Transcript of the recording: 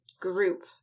group